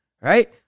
right